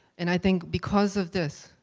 and i think because of this,